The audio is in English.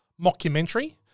mockumentary